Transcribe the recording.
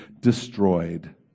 destroyed